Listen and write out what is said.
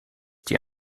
die